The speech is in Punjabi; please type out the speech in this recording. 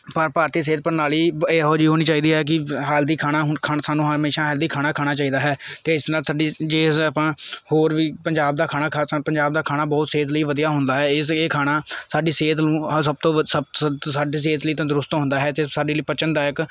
ਪਰ ਭਾਰਤੀ ਸਿਹਤ ਪ੍ਰਣਾਲੀ ਬ ਇਹੋ ਜਿਹੀ ਹੋਣੀ ਚਾਹੀਦੀ ਹੈ ਕਿ ਬ ਹੈਲਥੀ ਖਾਣਾ ਸਾਨੂੰ ਹਮੇਸ਼ਾ ਹੈਲਥੀ ਖਾਣਾ ਖਾਣਾ ਚਾਹੀਦਾ ਹੈ ਅਤੇ ਇਸ ਨਾਲ ਸਾਡੀ ਜੇ ਆਪਾਂ ਹੋਰ ਵੀ ਪੰਜਾਬ ਦਾ ਖਾਣਾ ਖ਼ਾਸ ਆ ਪੰਜਾਬ ਦਾ ਖਾਣਾ ਬਹੁਤ ਸਿਹਤ ਲਈ ਵਧੀਆ ਹੁੰਦਾ ਹੈ ਇਸ ਇਹ ਖਾਣਾ ਸਾਡੀ ਸਿਹਤ ਨੂੰ ਹ ਸਭ ਤੋਂ ਸਭ ਸਾਡੀ ਸਿਹਤ ਲਈ ਤੰਦਰੁਸਤ ਹੁੰਦਾ ਹੈ ਅਤੇ ਸਾਡੇ ਲਈ ਪਚਨ ਦਾਇਕ